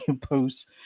posts